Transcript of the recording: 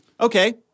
Okay